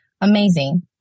Amazing